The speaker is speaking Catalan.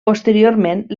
posteriorment